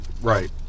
right